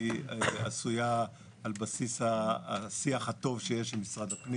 היא עשויה על בסיס השיח הטוב שיש למשרד הפנים